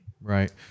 right